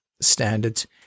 standards